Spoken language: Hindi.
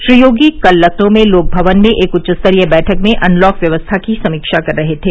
श्री योगी कल लखनऊ में लोक भवन में एक उच्च स्तरीय बैठक में अनलॉक व्यवस्था की समीक्षा कर रहे थे